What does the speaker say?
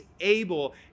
able